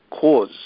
cause